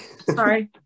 sorry